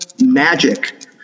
magic